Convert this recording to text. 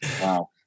Wow